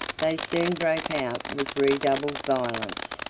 they soon broke out with redoubled violence,